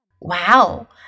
Wow